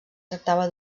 tractava